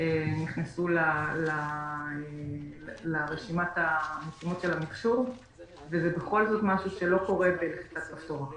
נכנסו לרשימת משימות המחשוב וזה בכל זאת משהו שלא קורה בלחיצת כפתור אחת.